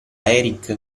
eric